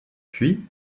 puis